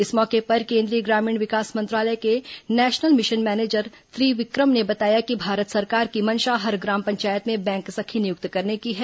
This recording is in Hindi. इस मौके पर केंद्रीय ग्रामीण विकास मंत्रालय के नेशनल मिशन मैनेजर त्रिविक्रम ने बताया कि भारत सरकार की मंशा हर ग्राम पंचायत में बैंक सखी नियुक्त करने की है